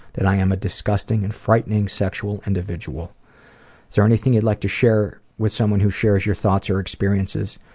that i am a disgusting and frightening sexual sexual individual. is there anything you'd like to share with someone who shares your thoughts or experiences?